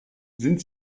sind